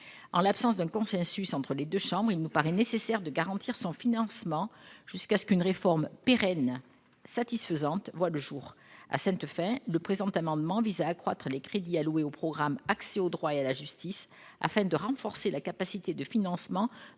en l'absence d'un consensus entre les 2 chambres, il nous paraît nécessaire de garantir son financement jusqu'à ce qu'une réforme pérenne satisfaisantes, voit le jour à cette fin, le présent amendement vise à accroître les crédits alloués au programme accès au droit et à la justice afin de renforcer la capacité de financement